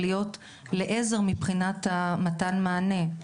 על מנת להיות לעזר מבחינת מתן המענה.